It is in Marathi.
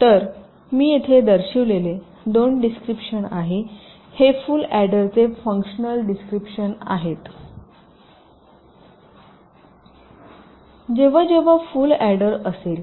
तर मी येथे दर्शविलेले 2 डिस्क्रिपशन आहे हे फुल अॅडरचे फ़ंक्शनल डिस्क्रिपशन आहे जेव्हा जेव्हा फुल अॅडर असेल